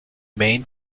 main